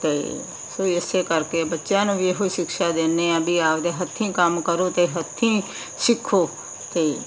ਅਤੇ ਸੋ ਇਸੇ ਕਰਕੇ ਬੱਚਿਆਂ ਨੂੰ ਵੀ ਇਹੋ ਹੀ ਸ਼ਿਕਸ਼ਾ ਦਿੰਦੇ ਹਾਂ ਵੀ ਆਪਦੇ ਹੱਥੀਂ ਕੰਮ ਕਰੋ ਅਤੇ ਹੱਥੀਂ ਸਿੱਖੋ ਅਤੇ